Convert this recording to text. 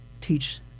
teach